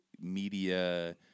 media